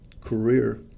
career